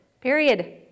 period